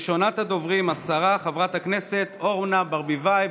ראשונת הדוברים, השרה וחברת הכנסת אורנה ברביבאי.